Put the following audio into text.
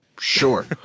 Sure